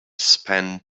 spend